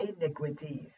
iniquities